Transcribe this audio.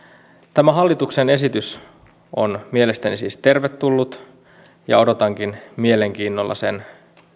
tämä hallituksen esitys on mielestäni siis tervetullut ja odotankin mielenkiinnolla sen